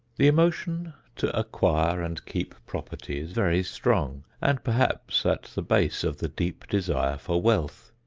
the emotion to acquire and keep property is very strong and perhaps at the base of the deep desire for wealth.